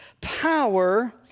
power